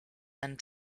and